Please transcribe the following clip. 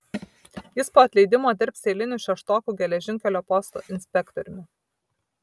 jis po atleidimo dirbs eiliniu šeštokų geležinkelio posto inspektoriumi